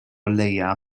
leia